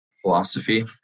philosophy